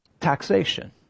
Taxation